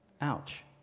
Ouch